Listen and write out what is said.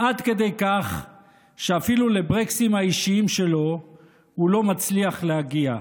עד כדי כך שאפילו לברקסים האישיים שלו הוא לא מצליח להגיע.